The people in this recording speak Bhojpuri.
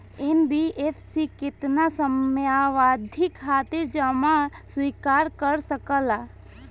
एन.बी.एफ.सी केतना समयावधि खातिर जमा स्वीकार कर सकला?